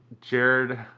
Jared